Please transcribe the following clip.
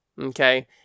okay